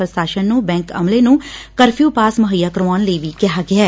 ਪ੍ਰਸ਼ਾਸਨ ਨੰ ਬੈਂਕ ਅਮਲੇ ਨੂੰ ਕਰਫਿਊ ਪਾਸ ਮੁਹੱਈਆ ਕਰਵਾਉਣ ਲਈ ਕਿਹਾ ਗਿਐ